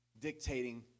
dictating